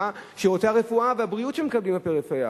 שירותי הרפואה והבריאות שמקבלים בפריפריה,